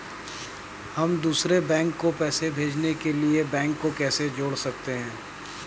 हम दूसरे बैंक को पैसे भेजने के लिए बैंक को कैसे जोड़ सकते हैं?